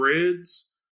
threads